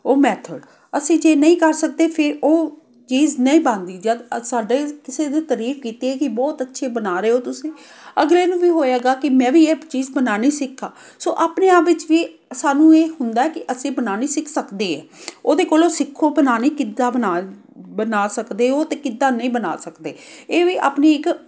ਉਹ ਮੈਥਡ ਅਸੀਂ ਜੇ ਨਹੀਂ ਕਰ ਸਕਦੇ ਫਿਰ ਉਹ ਚੀਜ਼ ਨਹੀਂ ਬਣਦੀ ਜਦੋਂ ਸਾਡੇ ਕਿਸੇ ਦੀ ਤਾਰੀਫ਼ ਕੀਤੀ ਹੈ ਕੀ ਬਹੁਤ ਅੱਛੇ ਬਣਾ ਰਹੇ ਹੋ ਤੁਸੀਂ ਅਗਲੇ ਨੂੰ ਵੀ ਹੋਏਗਾ ਕਿ ਮੈਂ ਵੀ ਇਹ ਚੀਜ਼ ਬਣਾਉਣੀ ਸਿੱਖਾਂ ਸੋ ਆਪਣੇ ਆਪ ਵਿੱਚ ਵੀ ਸਾਨੂੰ ਇਹ ਹੁੰਦਾ ਕਿ ਅਸੀਂ ਬਣਾਉਣੀ ਸਿੱਖ ਸਕਦੇ ਹੈ ਉਹਦੇ ਕੋਲੋਂ ਸਿੱਖੋ ਬਣਾਉਣੀ ਕਿੱਦਾਂ ਬਣਾ ਬਣਾ ਸਕਦੇ ਹੋ ਅਤੇ ਕਿੱਦਾਂ ਨਹੀਂ ਬਣਾ ਸਕਦੇ ਇਹ ਵੀ ਆਪਣੀ ਇੱਕ